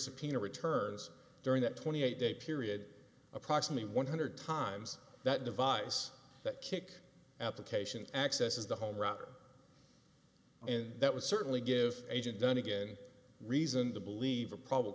subpoena returns during that twenty eight day period approximately one hundred times that device that kick application accesses the home router and that would certainly give agent done a good reason to believe a probable